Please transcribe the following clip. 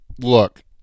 Look